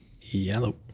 Yellow